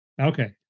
Okay